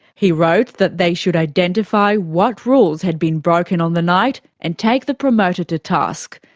he wrote that they should identify what rules had been broken on the night, and take the promoter to task.